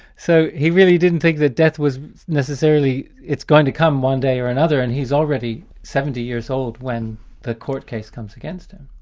so he really didn't think that death was necessarily. it's going to come one day or another, and he's already seventy years old when the court case comes against him.